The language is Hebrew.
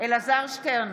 אלעזר שטרן,